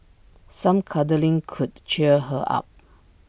some cuddling could cheer her up